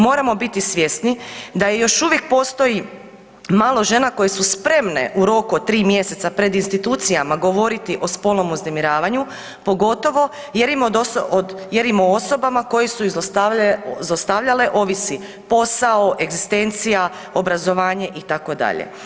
Moramo biti svjesni da još uvijek postoji malo žena koje su spremne u roku od 3 mj. pred institucijama govoriti o spolnom uznemiravanju, pogotovo jer im o osobama koje su ih zlostavljale, ovisi posao, egzistencija, obrazovanje itd.